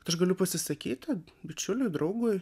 kad aš galiu pasisakyti bičiuliui draugui